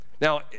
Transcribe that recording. Now